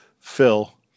Phil